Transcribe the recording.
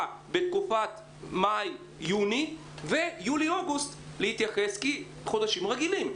בתקופת מאי יוני ויולי אוגוסט להתייחס כחודשים רגילים.